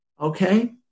Okay